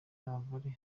n’abagore